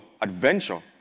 adventure